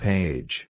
Page